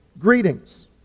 greetings